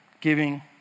giving